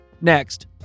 Next